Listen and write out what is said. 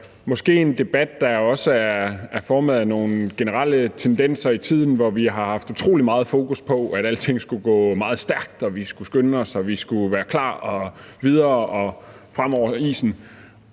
måske en debat, der også er formet af nogle generelle tendenser i tiden, hvor vi har haft utrolig meget fokus på, at alting skulle gå meget stærkt, at vi skulle skynde os, og at vi skulle være klar og komme videre og frem over isen.